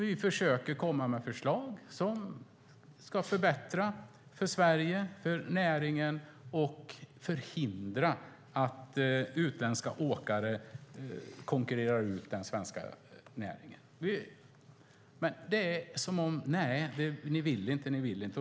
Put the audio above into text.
Vi försöker komma med förslag som ska förbättra för Sverige, för näringen, och förhindra att utländska åkare konkurrerar ut den svenska näringen. Men, nej, ni vill inte, vill inte.